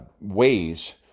ways